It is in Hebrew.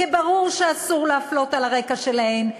כי ברור שאסור להפלות על הרקע שלהן.